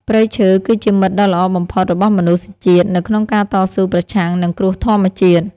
ព្រៃឈើ គឺជាមិត្តដ៏ល្អបំផុតរបស់មនុស្សជាតិនៅក្នុងការតស៊ូប្រឆាំងនឹងគ្រោះធម្មជាតិ។